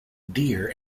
deer